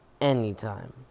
anytime